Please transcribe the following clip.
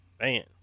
man